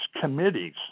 committees